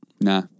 Nah